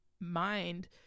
mind